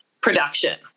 production